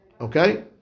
Okay